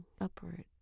upward